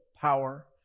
power